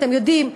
אתם יודעים,